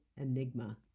enigma